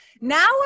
Now